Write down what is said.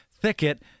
thicket